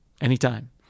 anytime